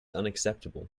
unacceptable